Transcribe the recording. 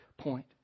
point